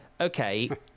okay